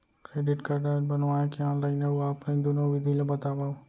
Credit card बनवाए के online अऊ ऑफलाइन दुनो विधि ला बतावव?